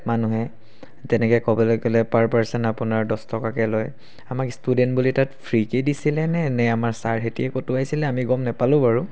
মানুহে তেনেকৈ ক'বলৈ গ'লে পাৰ পাৰচন আপোনাৰ দহ টকাকৈ লয় আমাক ষ্টুডেণ্ট বুলি তাত ফ্ৰীকৈয়ে দিছিলে নে আমাৰ ছাৰহঁতেই কটোৱাইছিলে আমি গম নাপালোঁ বাৰু